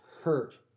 hurt